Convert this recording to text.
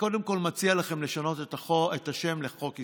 קודם כול, אני מציע לכם לשנות את השם לחוק ישראלי.